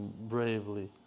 bravely